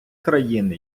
країни